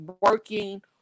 working